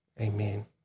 Amen